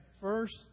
first